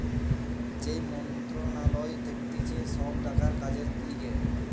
যেই মন্ত্রণালয় থাকতিছে সব টাকার কাজের লিগে